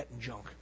junk